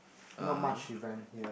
not much event here